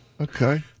Okay